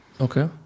Okay